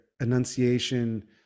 enunciation